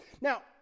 Now